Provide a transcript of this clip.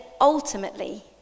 ultimately